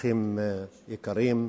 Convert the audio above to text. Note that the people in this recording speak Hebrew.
אורחים יקרים,